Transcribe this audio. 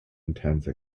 intense